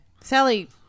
Sally